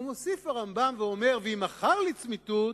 ומוסיף הרמב"ם ואומר: "ואם מכר לצמיתות,